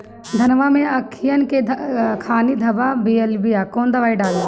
धनवा मै अखियन के खानि धबा भयीलबा कौन दवाई डाले?